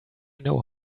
know